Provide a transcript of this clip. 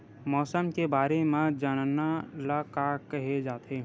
मौसम के बारे म जानना ल का कहे जाथे?